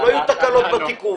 לא יהיו תקלות בתיקוף,